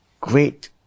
great